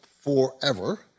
forever